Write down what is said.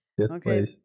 Okay